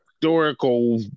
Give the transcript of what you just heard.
Historical